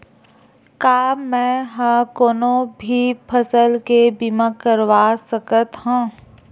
का मै ह कोनो भी फसल के बीमा करवा सकत हव?